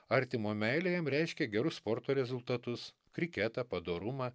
artimo meilė jam reiškė gerus sporto rezultatus kriketą padorumą